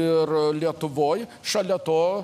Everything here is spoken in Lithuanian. ir lietuvoj šalia to